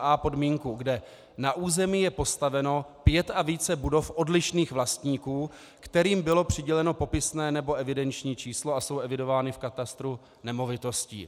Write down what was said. a) podmínku, kde na území je postaveno pět a více budov odlišných vlastníků, kterým bylo přiděleno popisné nebo evidenční číslo a jsou evidovány v katastru nemovitostí;